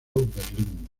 berlín